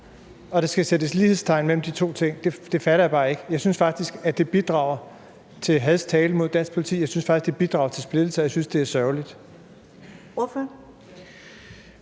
At der skal sættes lighedstegn mellem de to ting, fatter jeg bare ikke. Jeg synes faktisk, at det bidrager til hadsk tale mod dansk politi. Jeg synes faktisk, at det bidrager til en splittelse, og jeg synes, at det er sørgeligt.